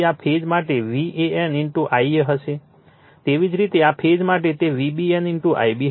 તેવી જ રીતે આ ફેઝ માટે તે VBN Ib હશે